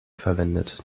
verwendet